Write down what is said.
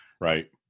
Right